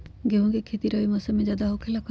गेंहू के खेती रबी मौसम में ज्यादा होखेला का?